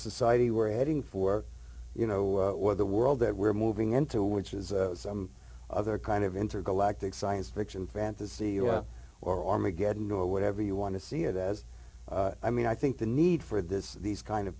society we're heading for you know the world that we're moving into which is some other kind of intergalactic science fiction fantasy or armageddon or whatever you want to see it as i mean i think the need for this these kind of